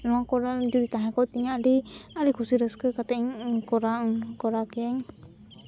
ᱱᱚᱣᱟ ᱠᱚᱨᱟᱣ ᱡᱩᱫᱤ ᱛᱟᱦᱮᱸ ᱠᱚᱜ ᱛᱤᱧᱟᱹ ᱟᱹᱰᱤ ᱠᱩᱥᱤ ᱨᱟᱹᱥᱠᱟᱹ ᱠᱟᱛᱮᱜ ᱤᱧ ᱠᱚᱨᱟᱣᱟ ᱠᱚᱨᱟᱣ ᱠᱮᱭᱟ